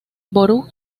borough